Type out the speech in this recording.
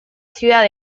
ciudad